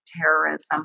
terrorism